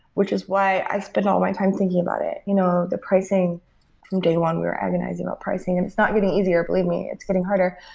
which is why i've spent all my time thinking about it. you know the pricing from day one, we're agonizing about pricing, and it's getting easier, believe me. it's getting harder.